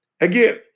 Again